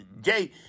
Jay